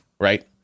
right